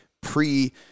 pre-